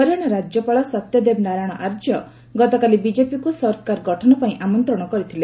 ହରିଆଣା ରାଜ୍ୟପାଳ ସତ୍ୟଦେବ ନାରାୟଣ ଆର୍ଯ୍ୟ ଗତକାଲି ବିଜେପିକୁ ସରକାର ଗଠନ ପାଇଁ ଆମନ୍ତ୍ରଣ କରିଥିଲେ